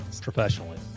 Professionally